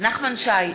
נחמן שי,